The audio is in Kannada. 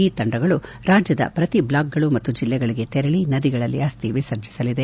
ಈ ತಂಡಗಳು ರಾಜ್ಯದ ಪ್ರತಿ ಬ್ಲಾಕ್ಗಳು ಮತ್ತು ಜಿಲ್ಲೆಗಳಗೆ ತೆರಳಿ ನದಿಗಳಲ್ಲಿ ಅಸ್ತಿ ವಿಸರ್ಜಿಸಲಿದೆ